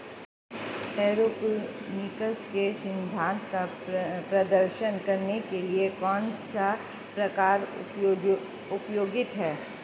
Aeroponics के सिद्धांत का प्रदर्शन करने के लिए कौन सा प्रकार उपयुक्त है?